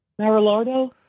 Marilardo